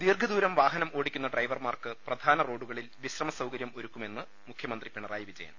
ദീർഘദൂരം വാഹനം ഓടിക്കുന്ന ഡ്രൈവർമാർക്ക് പ്രധാന റോഡുകളിൽ വിശ്രമസൌകരൃം ഒരുക്കുമെന്ന് മുഖൃമന്ത്രി പിണറായി വിജയൻ